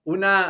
Una